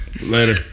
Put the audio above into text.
Later